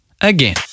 again